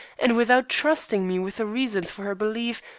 and, without trusting me with the reasons for her belief,